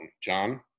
John